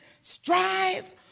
strive